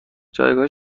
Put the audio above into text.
جایگاه